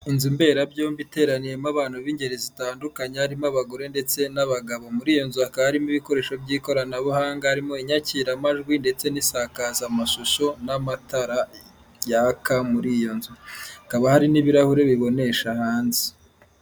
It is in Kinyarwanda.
Inzu mberabyombi iteraniyemo abantu b'ingeri zitandukanye harimo abagore ndetse n'abagabo muri iyo nzu hakaba harimo ibikoresho by'ikoranabuhanga harimo inyakiramajwi ndetse n'isakazamashusho n'amatara yaka muri iyo nzu, hakaba hari n'ibirahure bibonesha hanze.